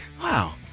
wow